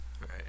right